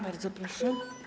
Bardzo proszę.